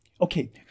Okay